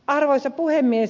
arvoisa puhemies